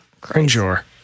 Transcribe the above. cringer